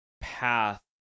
path